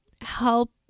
help